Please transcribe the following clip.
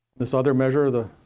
this other measure, the